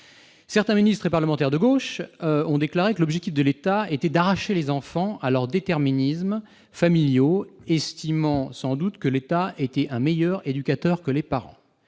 Certains ministres et parlementaires de gauche ont déclaré que l'objectif de l'État était d'arracher les enfants à leurs déterminismes familiaux, estimant sans doute que l'État était un meilleur éducateur que les parents.